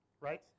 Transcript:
right